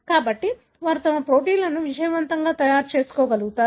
కాబట్టి వారు తమ ప్రోటీన్ను విజయవంతంగా తయారు చేసుకోగలుగుతారు